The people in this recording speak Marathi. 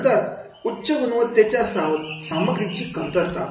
नंतर उच्च गुणवत्तेच्या सामग्रीची कमतरता